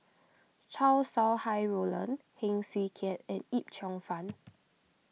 Chow Sau Hai Roland Heng Swee Keat and Yip Cheong Fun